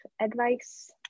advice